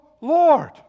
Lord